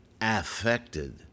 affected